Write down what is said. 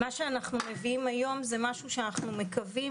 מה שאנחנו מביאים היום הוא דבר שאנחנו מקווים